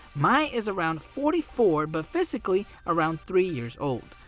mai is around forty four, but physically around three years old.